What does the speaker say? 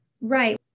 Right